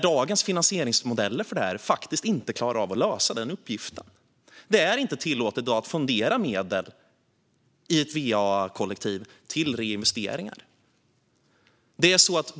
Dagens finansieringsmodeller klarar inte av att lösa den uppgiften. Det är i dag inte tillåtet att fondera medel i ett va-kollektiv till reinvesteringar.